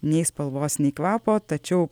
nei spalvos nei kvapo tačiau